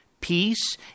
Peace